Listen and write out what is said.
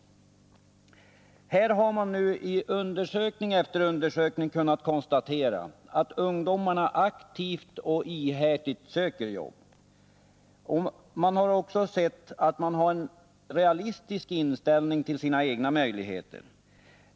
Här har man i undersökning efter undersökning kunnat konstatera att ungdomarna aktivt och ihärdigt söker jobb. Man har också sett att de har en realistisk inställning till sina egna möjligheter.